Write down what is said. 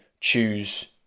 choose